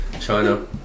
China